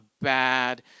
bad